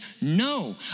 No